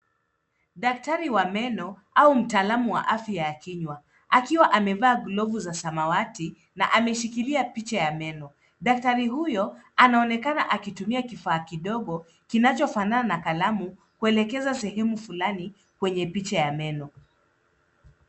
Daktari wa meno au mtaalum wa afya ya kinywa akiwa amevaa glovu za samawati na ameshikilia picha ya meno. Daktari huyo anaonekana akitumia kifaa kidogo kinachofanana na kalamu kuelekeza sehemu fulani kwenye picha ya meno.